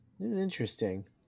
Interesting